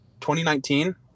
2019